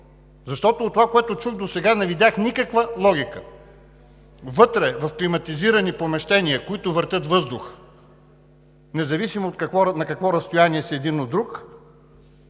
Защото от това, което чух досега, не видях никаква логика. Вътре в климатизирани помещения, които въртят въздух, независимо хората на какво разстояние са един от друг,